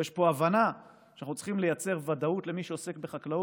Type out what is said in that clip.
ויש פה הבנה שאנחנו צריכים לייצר ודאות למי שעוסק בחקלאות,